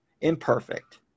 imperfect